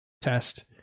Test